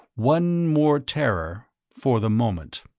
one more terror for the moment!